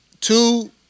two